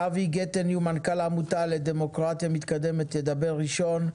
שבי גטניו מנכ"ל העמותה לדמוקרטיה מתקדמת ידבר ראשון,